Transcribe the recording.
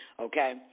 okay